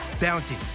Bounty